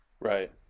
right